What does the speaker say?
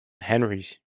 Henry's